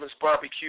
Barbecue